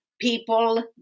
people